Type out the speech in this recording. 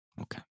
Okay